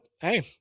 Hey